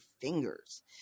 fingers